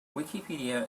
wikipedia